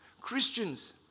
Christians